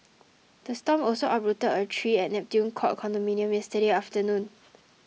the storm also uprooted a tree at Neptune Court condominium yesterday afternoon